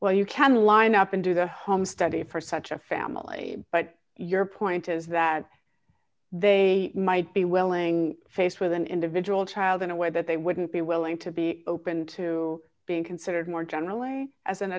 well you can line up and do the home study for such a family but your point is that they might be willing face with an individual child in a way that they wouldn't be willing to be open to being considered more generally as an